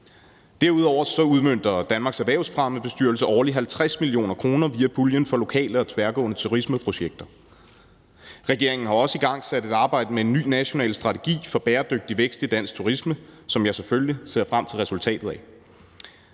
Derudover udmønter Danmarks Erhvervsfremmes bestyrelse årligt 50 mio. kr. via puljen for lokale og tværgående turismeprojekter. Regeringen har også igangsat et arbejde med en ny national strategi for bæredygtig vækst i dansk turisme, som jeg selvfølgelig ser frem til resultatet af.